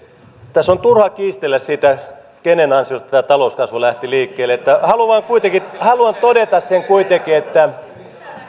tässä on turha kiistellä siitä kenen ansiosta tämä talouskasvu lähti liikkeelle haluan todeta sen kuitenkin että